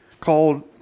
called